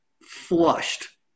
flushed